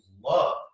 love